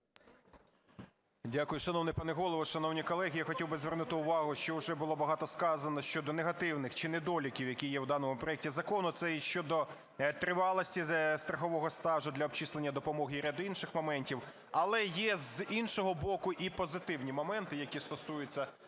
Дякую, шановний пане голово. Шановні колеги, я хотів би звернути увагу, що уже було багато сказано щодо негативних, чи недоліків, які є у даному проекті закону. Це і щодо тривалості страхового стажу для обчислення допомоги, і ряд інших моментів. Але є, з іншого боку, і позитивні моменти, які стосуються